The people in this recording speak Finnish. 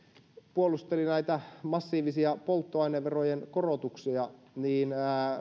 puolusteli näitä massiivisia polttoaineverojen korotuksia niin